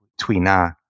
Twina